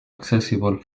accessible